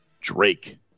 Drake